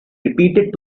repeated